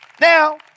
Now